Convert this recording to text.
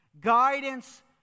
guidance